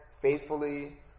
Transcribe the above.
faithfully